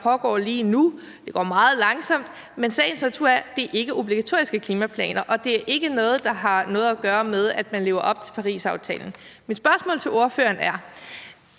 pågår lige nu. Det går meget langsomt, men det er i sagens natur ikke obligatoriske klimaplaner, og det er ikke noget, der har noget at gøre med, at man lever op til Parisaftalen. Mit spørgsmål til ordføreren drejer